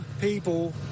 people